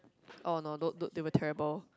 oh no don't don't they were terrible